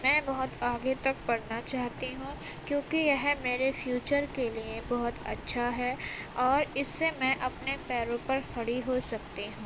میں بہت آگے تک پڑھنا چاہتی ہوں کیوںکہ یہ میرے فیوچر کے لیے بہت اچھا ہے اور اس سے میں اپنے پیروں پر کھڑی ہو سکتی ہوں